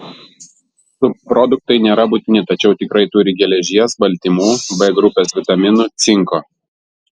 subproduktai nėra būtini tačiau tikrai turi geležies baltymų b grupės vitaminų cinko